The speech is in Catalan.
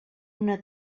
una